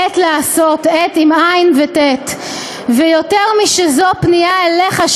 'עט לעשות!' ויותר משזו פנייה אליך,